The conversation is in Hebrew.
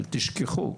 אל תשכחו.